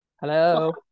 Hello